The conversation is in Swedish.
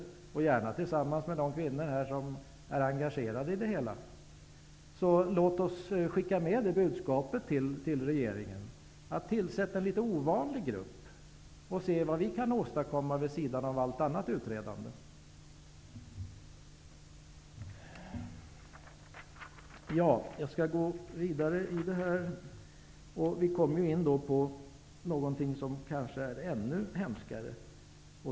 Det gör jag gärna tillsammans med de kvinnor som är engagerade i frågan. Låt oss skicka med det budskapet till regeringen: Tillsätt en litet ovanlig grupp och se vad den kan åstadkomma vid sidan av allt annat utredande! Jag skall gå vidare i texten. Vi kommer då in på någonting som kanske är ännu hemskare.